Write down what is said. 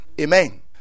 amen